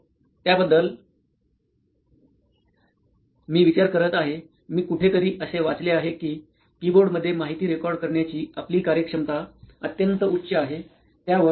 प्राध्यापक त्याबद्दलच मी विचार करत आहे मी कुठेतरी असे वाचले आहे कि कीबोर्ड मध्ये माहिती रेकॉर्ड करण्याची आपली कार्यक्षमता अत्यंत उच्च आहे